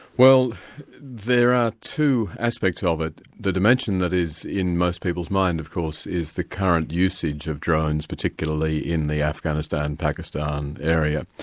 well there are two aspects ah of it. the dimension that is in most people's minds of course, is the current usage of drones, particularly in the afghanistan-pakistan area.